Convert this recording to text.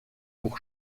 pour